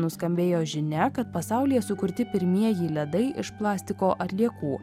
nuskambėjo žinia kad pasaulyje sukurti pirmieji ledai iš plastiko atliekų